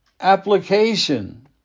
application